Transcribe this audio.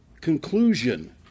conclusion